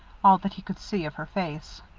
all that he could see of her face.